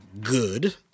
good